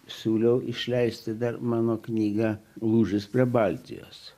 siūliau išleisti dar mano knygą lūžis prie baltijos